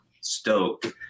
stoked